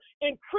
Increase